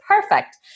perfect